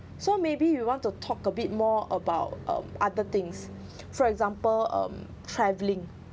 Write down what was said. so maybe you want to talk a bit more about um other things for example um travelling